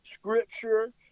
Scripture